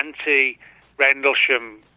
anti-Rendlesham